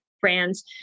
brands